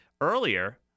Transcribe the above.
earlier